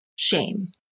shame